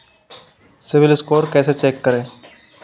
CIBIL score कैसे check करें?